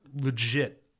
legit